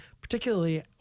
particularly